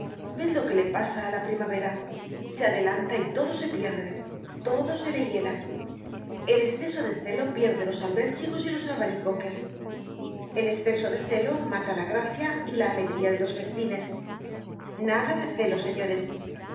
ved lo que le pasa á la primavera se adelanta y todo se pierde todo se le hiela el esceso de celo pierde los albérchigos y los albaricoques el esceso de celo mata la gracia y la alegría de los festines nada de celo señores